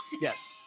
Yes